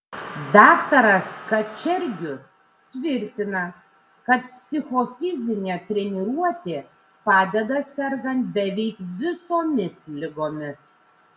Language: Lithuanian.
daktaras kačergius tvirtina kad psichofizinė treniruotė padeda sergant beveik visomis ligomis